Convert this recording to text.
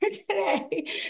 today